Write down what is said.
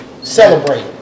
celebrate